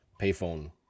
payphone